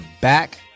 back